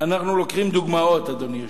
אנחנו לוקחים דוגמאות, אדוני היושב-ראש,